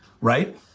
right